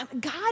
God